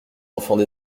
enfants